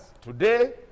today